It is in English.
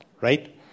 Right